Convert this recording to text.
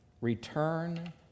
return